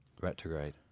Retrograde